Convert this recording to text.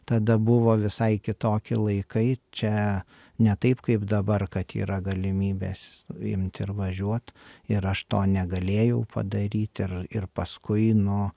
tada buvo visai kitokie laikai čia ne taip kaip dabar kad yra galimybės imti ir važiuot ir aš to negalėjau padaryti ir ir paskui nu